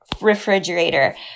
refrigerator